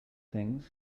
things